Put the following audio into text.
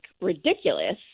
ridiculous